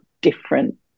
different